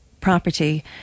property